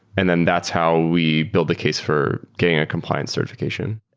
and then that's how we build the case for getting a compliance certification.